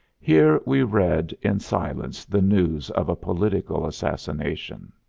here we read in silence the news of a political assassination.